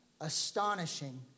astonishing